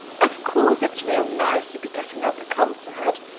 of course it's real nice to be getting up a concert.